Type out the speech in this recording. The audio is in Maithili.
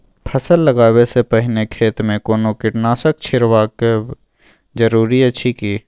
फसल लगबै से पहिने खेत मे कोनो कीटनासक छिरकाव जरूरी अछि की?